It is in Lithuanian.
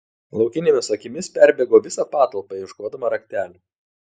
laukinėmis akimis perbėgo visą patalpą ieškodama raktelių